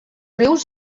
rius